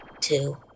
Two